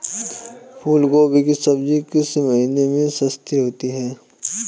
फूल गोभी की सब्जी किस महीने में सस्ती होती है?